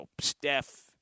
Steph